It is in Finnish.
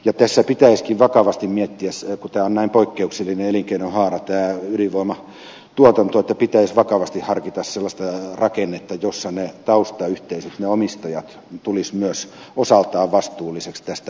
ja kun tämä ydinvoimatuotanto on näin poikkeuksellinen elinkeinohaara niin tässä pitäisi vakavasti harkita sellaista rakennetta jossa ne taustayhteisöt omistajat tulisivat myös osaltaan vastuulliseksi tästä